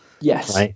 Yes